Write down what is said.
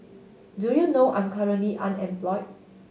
do you know I'm currently unemployed